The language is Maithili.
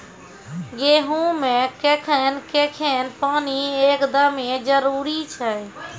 गेहूँ मे कखेन कखेन पानी एकदमें जरुरी छैय?